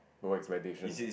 lower expectations